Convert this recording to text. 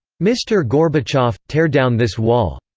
mr. gorbachev, tear down this wall!